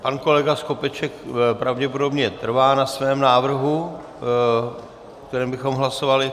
Pan kolega Skopeček pravděpodobně trvá na svém návrhu, o kterém bychom hlasovali.